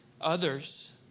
others